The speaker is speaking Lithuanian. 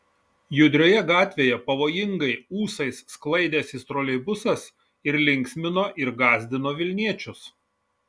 judrioje gatvėje pavojingai ūsais sklaidęsis troleibusas ir linksmino ir gąsdino vilniečius